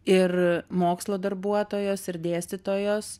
ir mokslo darbuotojos ir dėstytojos